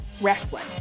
wrestling